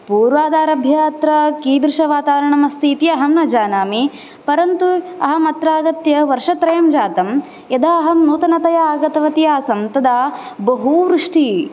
पूर्वादारभ्यः अत्र कीदृशवातावरणम् अस्ति इति अहं न जानामि परन्तु अहम् अत्र आगत्य वर्षत्रयं जातं यदा अहं नूतनतया आगतवती आसं तदा बहु वृष्टिः